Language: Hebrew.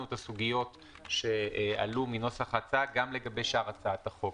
את הסוגיות שעלו מנוסח ההצעה גם לגבי שאר הצעת החוק.